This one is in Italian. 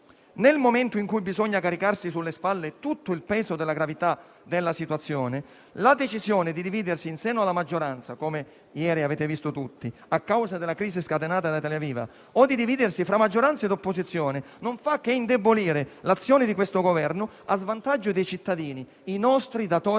Nel momento in cui bisogna caricarsi sulle spalle tutto il peso della gravità della situazione, la decisione di dividersi in seno alla maggioranza, come ieri avete visto tutti, a causa della crisi scatenata da Italia Viva, o di dividersi fra maggioranza ed opposizione non fa che indebolire l'azione di questo Governo a svantaggio dei cittadini, i nostri datori di lavoro,